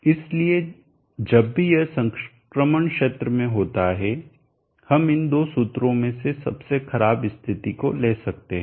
इसलिए जब भी यह संक्रमण क्षेत्र में होता है हम इन दो सूत्रों में से सबसे खराब स्थिति को ले सकते हैं